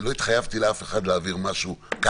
ולא התחייבתי לאף אחד להעביר משהו ככה.